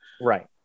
Right